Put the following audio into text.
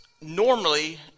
normally